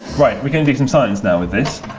right, we're going to do some science now with this.